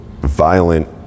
violent